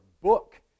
book